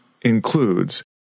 includes